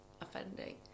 offending